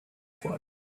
cuore